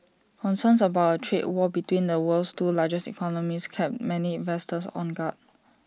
concerns about A trade war between the world's two largest economies kept many investors on guard